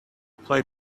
play